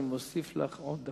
אני מוסיף לך עוד דקה.